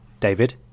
David